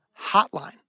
hotline